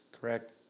Correct